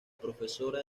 profesora